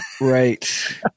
right